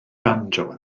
banjo